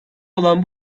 olan